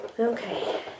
Okay